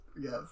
Yes